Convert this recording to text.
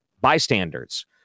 bystanders